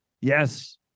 Yes